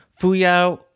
Fuyao